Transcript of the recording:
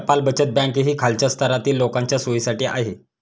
टपाल बचत बँक ही खालच्या स्तरातील लोकांच्या सोयीसाठी आहे